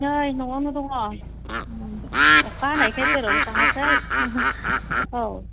नै न'आवनो दङ अखा हानायखाय जेरावबो थाङाखै औ